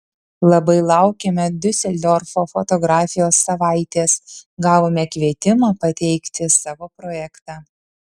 labai laukiame diuseldorfo fotografijos savaitės gavome kvietimą pateikti savo projektą